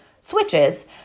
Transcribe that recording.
switches